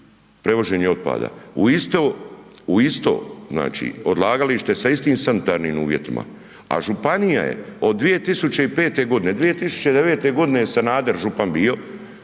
prevoženje otpada, u isto, u isto znači odlagalište sa istim sanitarnim uvjetima. A županija je od 2005. godine, 2009. je Sanader župan bio,